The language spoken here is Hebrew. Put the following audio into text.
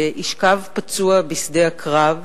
ישכב פצוע בשדה הקרב,